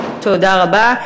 תודה רבה.